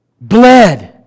bled